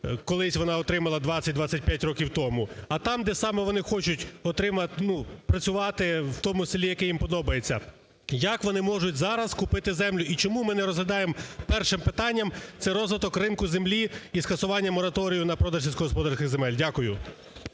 колись вона отримала 20-25 років тому, а там, де саме вони хочуть працювати, в тому селі, яке їм подобається. Як вони можуть зараз купити землю? І чому ми не розглядаємо першим питанням це розвиток ринку землі і скасування мораторію на продаж сільськогосподарських земель? Дякую.